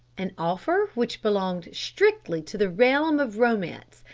an offer which belonged strictly to the realm of romance,